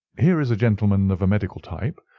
here is a gentleman of a medical type,